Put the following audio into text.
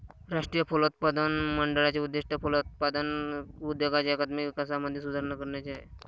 राष्ट्रीय फलोत्पादन मंडळाचे उद्दिष्ट फलोत्पादन उद्योगाच्या एकात्मिक विकासामध्ये सुधारणा करण्याचे आहे